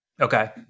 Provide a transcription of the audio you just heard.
Okay